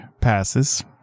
passes